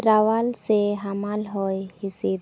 ᱨᱟᱣᱟᱞ ᱥᱮ ᱦᱟᱢᱟᱞ ᱦᱚᱭ ᱦᱤᱸᱥᱤᱫ